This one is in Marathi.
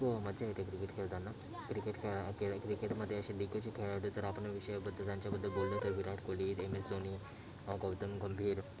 खूप मजा येते क्रिकेट खेळताना क्रिकेट खेळा खेळ क्रिकेटमध्ये असे दिग्गज खेळाडू जर आपण विषयाबद्दल त्यांच्याबद्दल बोललो तर विराट कोहली एम एस धोनी गौतम गंभीर